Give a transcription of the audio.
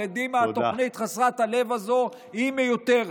רדי מהתוכנית חסרת הלב הזו, היא מיותרת.